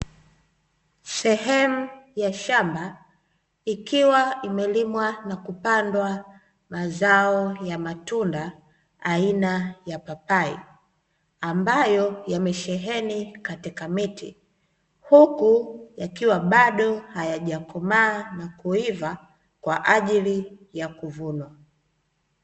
Sehemu ya shamba, ikiwa imelimwa na kupandwa mazao ya matunda, aina ya papai ambayo yamesheheni katika miti, huku yakiwa bado hayajakomaa na kuiva, kwaajili ya kuvunwa.